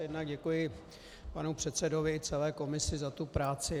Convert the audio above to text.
Jednak děkuji panu předsedovi i celé komisi za tu práci.